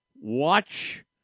watch